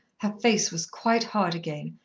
her face was quite hard again,